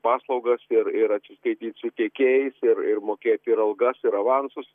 paslaugas ir ir atsiskaityt su tiekėjais ir ir mokėti ir algas ir avansus